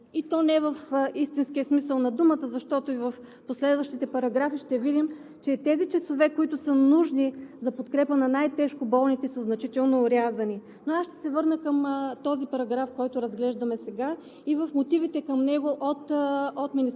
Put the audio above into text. и то не в истинския смисъл на думата, защото и в последващите параграфи ще видим, че тези часове, които са нужни за подкрепа на най-тежко болните, са значително орязани. Ще се върна към този параграф, който разглеждаме сега, и в мотивите към него от Министерството.